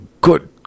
good